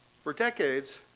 for decades,